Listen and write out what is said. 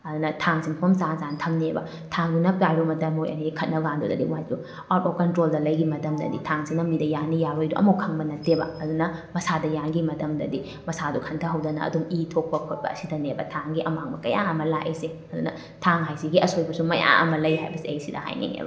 ꯑꯗꯨꯅ ꯊꯥꯡꯁꯤ ꯃꯐꯝ ꯆꯥꯅ ꯆꯥꯅ ꯊꯝꯅꯦꯕ ꯊꯥꯡꯗꯨꯅ ꯄꯥꯏꯔꯨ ꯃꯇꯝ ꯃꯣꯏ ꯑꯅꯤ ꯈꯠꯅꯕ ꯀꯥꯟꯗꯨꯗꯗꯤ ꯃꯣꯏꯁꯨ ꯑꯥꯎꯠ ꯑꯣꯐ ꯀꯟꯇ꯭ꯔꯣꯜꯗ ꯂꯩꯈꯤꯕ ꯃꯇꯝꯗꯗꯤ ꯊꯥꯡꯁꯤꯅ ꯃꯤꯗ ꯌꯥꯟꯅꯤ ꯌꯥꯜꯂꯣꯏꯗꯣ ꯑꯝꯐꯥꯎ ꯈꯪꯕ ꯅꯠꯇꯦꯕ ꯑꯗꯨꯅ ꯃꯁꯥꯗ ꯌꯥꯟꯈꯤꯕ ꯃꯇꯝꯗꯗꯤ ꯃꯁꯥꯗꯨ ꯈꯟꯊꯍꯧꯗꯅ ꯑꯗꯨꯝ ꯏ ꯊꯣꯛꯄ ꯈꯣꯠꯄ ꯑꯁꯤꯗꯅꯦꯕ ꯊꯥꯡꯒꯤ ꯑꯃꯥꯡꯕ ꯀꯌꯥ ꯑꯃ ꯂꯥꯛꯏꯁꯦ ꯑꯗꯨꯅ ꯊꯥꯡ ꯍꯥꯏꯁꯤꯒꯤ ꯑꯁꯣꯏꯕꯁꯨ ꯃꯌꯥꯝ ꯑꯃ ꯂꯩ ꯍꯥꯏꯕꯁꯦ ꯑꯩ ꯁꯤꯗ ꯍꯥꯏꯅꯤꯡꯉꯦꯕ